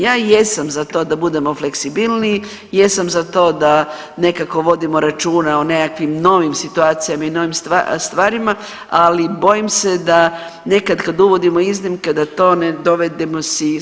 Ja jesam za to da budemo fleksibilniji, jesam za to da nekako vodimo računa o nekakvim novim situacijama i novim stvarima, ali bojim se da nekad, kad uvodimo iznimke, da to ne dovedemo si sami u neprilike.